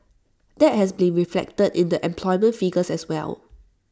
that has been reflected in the employment figures as well